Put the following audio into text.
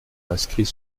inscrit